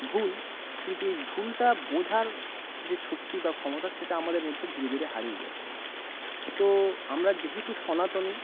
ভুল কিন্তু এই ভুলটা বোঝার যে শক্তি বা ক্ষমতা সেটা আমাদের মধ্যে ধীরে ধীরে হারিতয়ে যাচ্ছে তো আমরা যেহেতু সনাতনী